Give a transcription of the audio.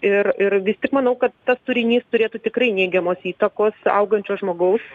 ir ir vis tik manau kad tas turinys turėtų tikrai neigiamos įtakos augančio žmogaus